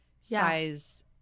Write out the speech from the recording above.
size